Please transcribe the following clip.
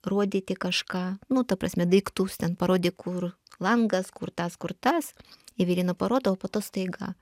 rodyti kažką nu ta prasme daiktus ten parodė kur langas kur tas kur tas everina parodo o po to staiga